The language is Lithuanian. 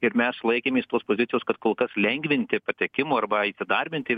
ir mes laikėmės tos pozicijos kad kol kas lengvinti patekimo arba įsidarbinti